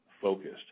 focused